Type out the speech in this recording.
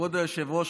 כבוד היושב-ראש,